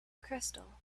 crystal